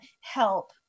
help